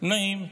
נאים.